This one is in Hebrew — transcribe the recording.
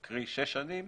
קרי, שש שנים